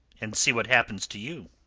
and see what happens to you.